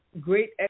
great